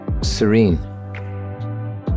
serene